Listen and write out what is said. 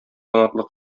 канатлы